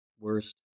Worst